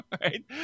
right